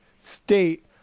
state